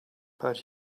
but